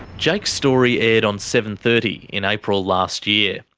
jake's story aired on seven. thirty in april last year.